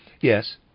Yes